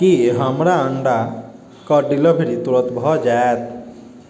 की हमरा अंडा कऽ डिलीवरी तुरत भए जाएत